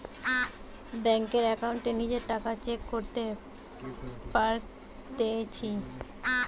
বেংকের একাউন্টে নিজের টাকা চেক করতে পারতেছি